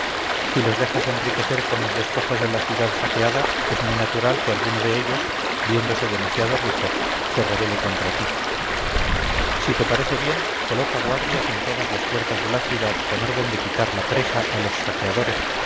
si los dejas enriquecer con los despojos de la ciudad saqueada es muy natural que alguno de ellos viéndose demasiado rico se rebele contra ti si te parece bien coloca guardias en todas las puertas de la ciudad con orden de quitar la presa a los saqueadores